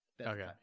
okay